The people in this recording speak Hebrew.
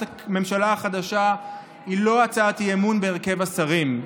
הממשלה החדשה היא לא אי-אמון בהרכב השרים,